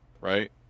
right